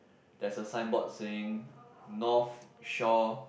there's a sign board saying North Shore